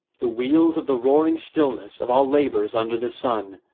the wheel of the roaring stillness of all labours under the sun,